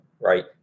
Right